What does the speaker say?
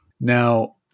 now